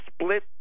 split